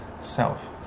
self